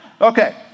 Okay